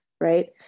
right